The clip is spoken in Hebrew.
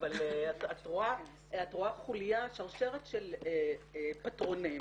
אבל את רואה שרשרת של פטרונים,